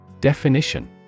Definition